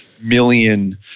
million